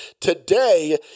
Today